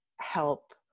help